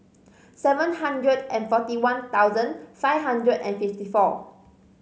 seven hundred and forty one thousand five hundred and fifty four